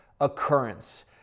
occurrence